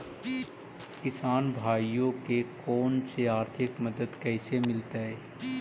किसान भाइयोके कोन से आर्थिक मदत कैसे मीलतय?